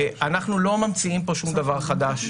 אנחנו לא ממציאים פה שום דבר חדש.